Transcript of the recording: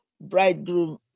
bridegroom